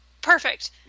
Perfect